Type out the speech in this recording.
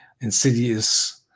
insidious